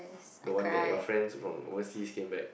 the one that your friends from overseas came back